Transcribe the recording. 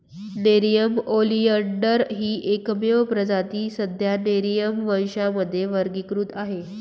Nerium oleander ही एकमेव प्रजाती सध्या नेरिअम वंशामध्ये वर्गीकृत आहे